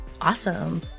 Awesome